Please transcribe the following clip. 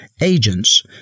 agents